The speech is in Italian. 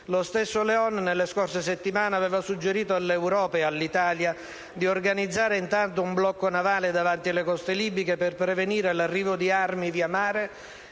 Lo stesso Leon, nelle scorse settimane, aveva suggerito all'Europa e all'Italia di organizzare, intanto, un blocco navale davanti le coste libiche, per prevenire l'arrivo di armi via mare